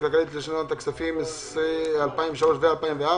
הכלכלית לשנות הכספים 2003 ו-2004)